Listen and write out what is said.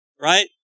right